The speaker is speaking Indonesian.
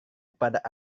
kepada